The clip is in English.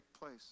place